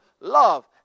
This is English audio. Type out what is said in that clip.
love